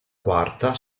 quarta